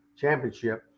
Championship